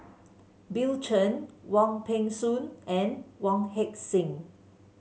Bill Chen Wong Peng Soon and Wong Heck Sing